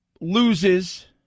loses